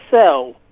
sell